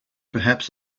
perhaps